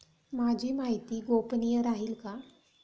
माझी माहिती गोपनीय राहील का?